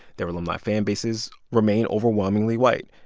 their alumni fan bases remain overwhelmingly white.